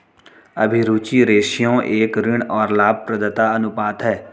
अभिरुचि रेश्यो एक ऋण और लाभप्रदता अनुपात है